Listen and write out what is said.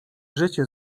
życie